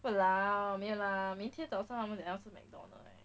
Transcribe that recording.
!walao! 没有啦明天早上可能要吃 mcdonald's